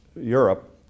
Europe